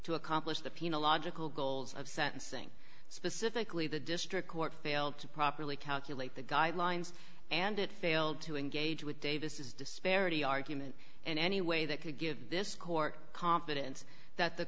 to accomplish the penal logical goals of sentencing specifically the district court failed to properly calculate the guidelines and it failed to engage with davis is disparity argument in any way that could give this court confidence that the